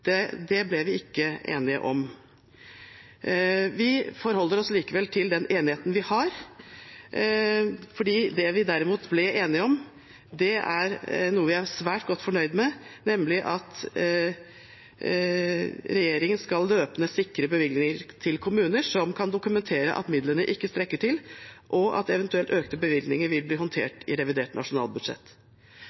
det ble vi ikke enige om. Vi forholder oss likevel til den enigheten vi har, fordi det vi derimot ble enige om, er noe vi er svært godt fornøyd med, nemlig at regjeringen løpende skal sikre bevilgninger til kommuner som kan dokumentere at midlene ikke strekker til, og at eventuelt økte bevilgninger vil bli håndtert i revidert nasjonalbudsjett.